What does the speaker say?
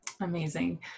Amazing